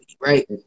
right